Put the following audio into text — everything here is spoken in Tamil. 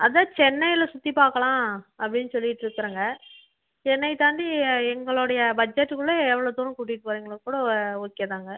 அதுதான் சென்னையில் சுற்றி பார்க்கலாம் அப்படின்னு சொல்லிட்டுருக்கிறேங்க சென்னை தாண்டி எங்களோடைய பட்ஜெட்க்குள்ள எவ்வளோ தூரம் கூட்டிட்டு போறிங்களோக்கூட ஓகே தாங்க